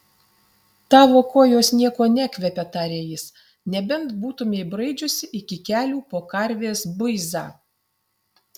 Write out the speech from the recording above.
tavo kojos niekuo nekvepia tarė jis nebent būtumei braidžiusi iki kelių po karvės buizą